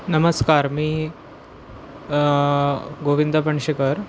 नमस्कार मी गोविंद पणशीकर